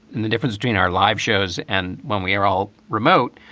and the difference between our live shows and when we are all remote,